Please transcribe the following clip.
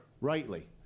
rightly